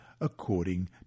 according